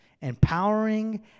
empowering